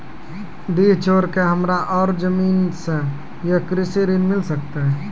डीह छोर के हमरा और जमीन ने ये कृषि ऋण मिल सकत?